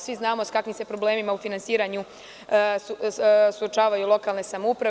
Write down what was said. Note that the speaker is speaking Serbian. Svi znamo s kakvim se problemima u finansiranju suočavaju lokalne samouprave.